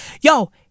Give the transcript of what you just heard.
yo